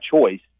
choice